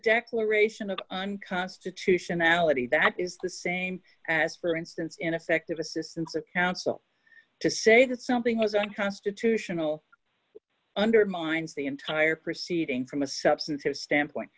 declaration of constitutionality that is the same as for instance ineffective assistance of counsel to say that something was unconstitutional undermines the entire proceeding from a substantive standpoint